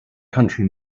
country